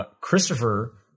Christopher